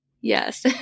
Yes